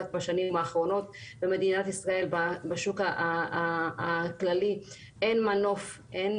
חזק בשנים האחרונות במדינת ישראל בשוק הכללי, אין